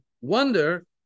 wonder